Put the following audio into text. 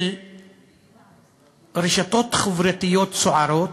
של רשתות חברתיות סוערות,